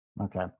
Okay